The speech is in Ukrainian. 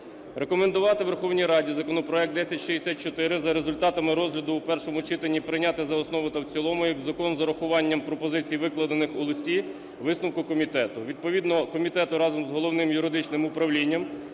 рекомендувати Верховній Раді законопроект 1064 за результатами розгляду в першому читанні прийняти за основу та в цілому як закон з врахуванням пропозицій, викладених у листі висновку комітету. Відповідно комітету разом з Головним юридичним управлінням